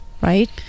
right